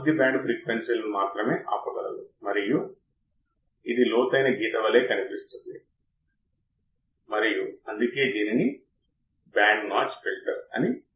మరియు ఈ base current మనం ట్రాన్సిస్టర్ 2 కోసంIb2 ట్రాన్సిస్టర్ 1 కోసం Ib1 అని చెప్తున్నాము మరియు ఈ Ib1 మరియు Ib2 మీ ఇన్పుట్ బయాస్ కరెంట్ అవుతుంది